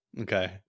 Okay